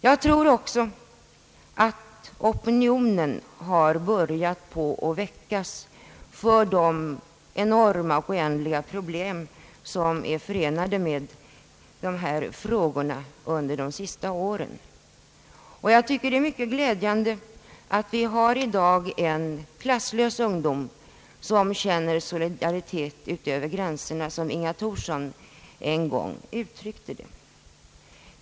Jag tror också att opinionen har börjat väckas för de enorma, oändliga problem, som är förenade med dessa frågor. Det är mycket glädjande att vi i dag har »en klasslös ungdom, vilken känner solidaritet över gränserna», som Inga Thorsson uttryckte det.